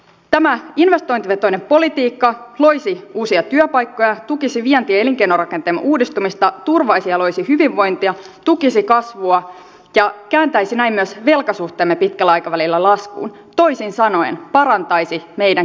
tämä investointivetoinen politiikka loisi uusia työpaikkoja tukisi vientiä ja elinkeinorakenteemme uudistumista turvaisi ja loisi hyvinvointia tukisi kasvua ja kääntäisi näin myös velkasuhteemme pitkällä aikavälillä laskuun toisin sanoen parantaisi meidän kilpailukykyämme